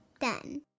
done